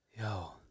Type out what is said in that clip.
yo